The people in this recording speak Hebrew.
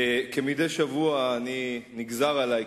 כמדי שבוע נגזר עלי,